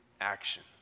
action